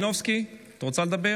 את רוצה לדבר